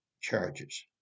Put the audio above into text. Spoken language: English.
charges